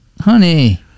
honey